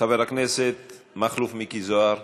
חבר הכנסת מכלוף מיקי זוהר,